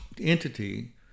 entity